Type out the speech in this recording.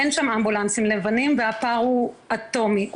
אין שמה אמבולנסים לבנים והפער הוא אטומי,